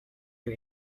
you